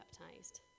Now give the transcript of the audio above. baptized